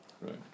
Right